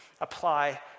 apply